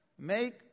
Make